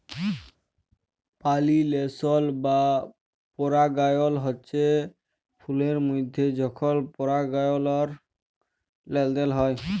পালিলেশল বা পরাগায়ল হচ্যে ফুলের মধ্যে যখল পরাগলার লেলদেল হয়